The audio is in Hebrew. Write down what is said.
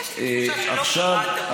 יש לי תחושה שלא קראת ברל כצנלסון.